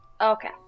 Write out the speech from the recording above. Okay